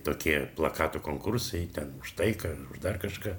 tokie plakatų konkursai ten už taiką dar kažką